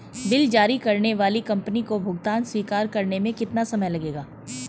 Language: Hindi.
बिल जारी करने वाली कंपनी को भुगतान स्वीकार करने में कितना समय लगेगा?